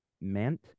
meant